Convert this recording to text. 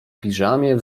piżamie